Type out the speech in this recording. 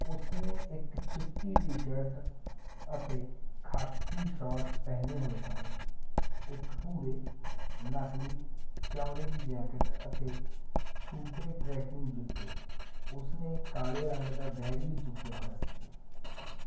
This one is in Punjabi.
ਉਸਨੇ ਇੱਕ ਚਿੱਟੀ ਟੀ ਸ਼ਰਟ ਅਤੇ ਖਾਕੀ ਸ਼ਾਰਟਸ ਪਹਿਨੇ ਹੋਏ ਸਨ ਇੱਕ ਭੂਰੇ ਨਕਲੀ ਚਮੜੇ ਦੀ ਜੈਕਟ ਅਤੇ ਸੂਡੇ ਟ੍ਰੈਕਿੰਗ ਜੁੱਤੇ ਉਸ ਨੇ ਕਾਲੇ ਰੰਗ ਦਾ ਬੈਗ ਵੀ ਚੁੱਕਿਆ ਹੋਇਆ ਸੀ